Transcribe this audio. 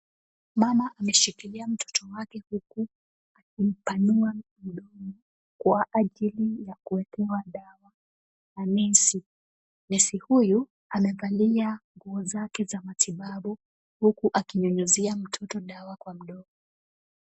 Mama ameshikilia mtoto wake huku akimpanua mdomo kwa ajili ya kuwekewa dawa na nesi. Nesi huyu amevalia nguo zake za matibabu huku akinyunyizia mtoto dawa kwa mdomo.